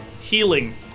Healing